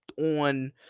on